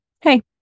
Hey